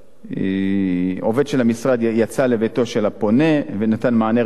עובד של המשרד יצא לביתו של הפונה ונתן מענה ראשוני,